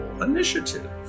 Initiative